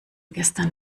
gestern